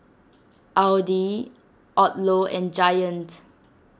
Audi Odlo and Giant